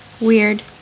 Weird